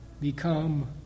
become